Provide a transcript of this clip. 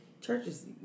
Churches